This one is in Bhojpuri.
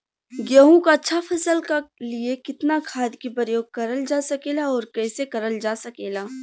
गेहूँक अच्छा फसल क लिए कितना खाद के प्रयोग करल जा सकेला और कैसे करल जा सकेला?